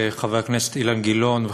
חבר הכנסת אילן גילאון,